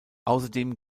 außerdem